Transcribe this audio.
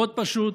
מאוד פשוט: